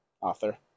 author